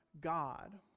God